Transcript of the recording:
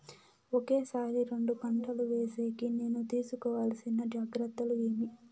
ఒకే సారి రెండు పంటలు వేసేకి నేను తీసుకోవాల్సిన జాగ్రత్తలు ఏమి?